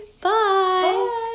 bye